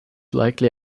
likely